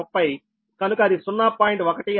కనుక అది 0